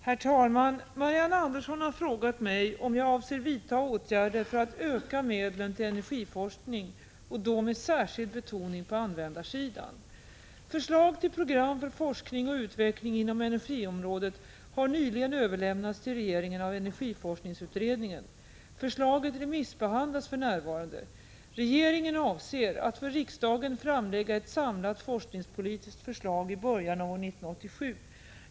Herr talman! Marianne Andersson har frågat mig om jag avser vidta åtgärder för att öka medlen till energiforskning och då med särskild betoning på användarsidan. Förslag till program för forskning och utveckling inom energiområdet har nyligen överlämnats till regeringen av energiforskningsutredningen . Förslaget remissbehandlas för närvarande. Regeringen avser att för riksdagen framlägga ett samlat forskningspolitiskt förslag i början av år 1987.